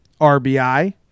RBI